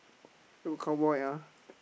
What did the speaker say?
where got cowboy ah